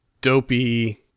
dopey